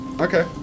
Okay